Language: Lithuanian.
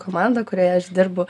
komanda kuriai aš dirbu